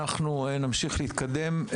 אנחנו נמשיך להתקדם,